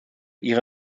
ihre